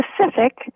specific